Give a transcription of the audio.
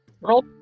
roll